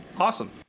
Awesome